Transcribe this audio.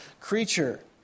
creature